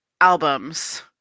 albums